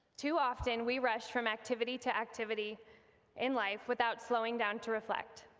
too often we rush from activity to activity in life without slowing down to reflect,